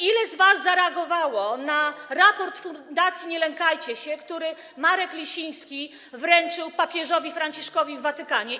Ile z was zareagowało na raport fundacji „Nie lękajcie się”, który Marek Lisiński wręczył papieżowi Franciszkowi w Watykanie?